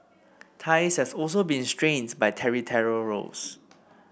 ties has also been strains by territorial rows